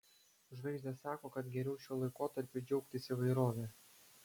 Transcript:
žvaigždės sako kad geriau šiuo laikotarpiu džiaugtis įvairove